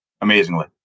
Amazingly